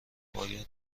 باید